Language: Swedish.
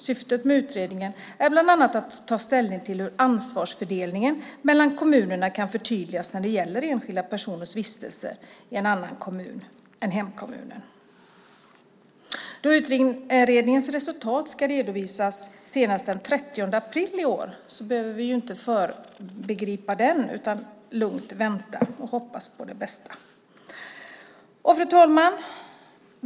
Syftet med utredningen är bland annat att ta ställning till hur ansvarsfördelningen mellan kommunerna kan förtydligas när det gäller enskilda personers vistelse i en annan kommun än hemkommunen. Då utredningens resultat ska redovisas senast den 30 april i år behöver vi inte föregripa den, utan vi kan lugnt vänta och hoppas på det bästa. Fru talman!